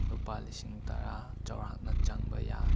ꯂꯨꯄꯥ ꯂꯤꯁꯤꯡ ꯇꯔꯥ ꯆꯥꯎꯔꯥꯛꯅ ꯄꯪꯕ ꯌꯥꯏ